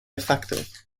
effective